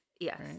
Yes